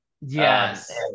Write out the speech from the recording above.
yes